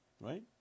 Right